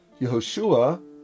Yehoshua